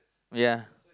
ya